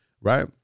right